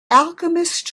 alchemist